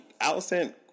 Allison